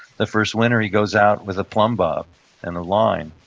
the first winter he goes out with plumb bob and a line.